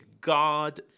God